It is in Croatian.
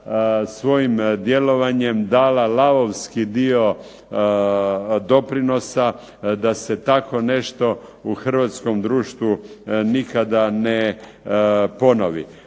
svojim djelovanjem dala lavovski dio doprinosa da se tako nešto u hrvatskom društvu nikada ne ponovi.